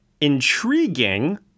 intriguing